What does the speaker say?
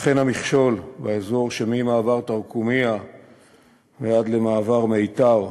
אכן, המכשול באזור שממעבר תרקומיא ועד למעבר מיתר,